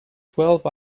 twelve